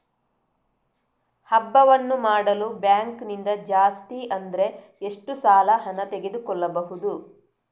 ಹಬ್ಬವನ್ನು ಮಾಡಲು ಬ್ಯಾಂಕ್ ನಿಂದ ಜಾಸ್ತಿ ಅಂದ್ರೆ ಎಷ್ಟು ಸಾಲ ಹಣ ತೆಗೆದುಕೊಳ್ಳಬಹುದು?